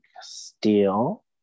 steel